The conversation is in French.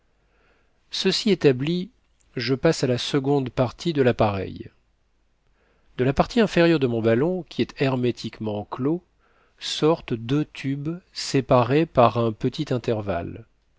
ceci établi je passe à la seconde partie de l'appareil de la partie inférieure de mon ballon qui est hermétiquement clos sortent deux tubes séparés par un petit intervalle